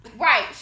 Right